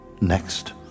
next